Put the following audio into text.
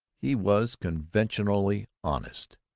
he was conventionally honest,